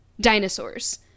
Dinosaurs